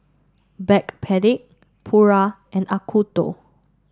Backpedic Pura and Acuto